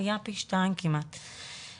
עלייה שהיא כמעט פי 2,